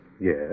Yes